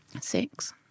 Six